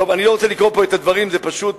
אני לא רוצה פה לקרוא את הדברים, זה פשוט